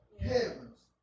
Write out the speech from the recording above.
Heavens